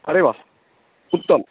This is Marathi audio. अरे वा उत्तम